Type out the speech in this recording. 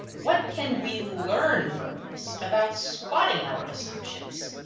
what can we learn from this about spotting our assumptions?